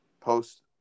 post